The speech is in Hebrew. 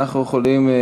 אנחנו יכולים,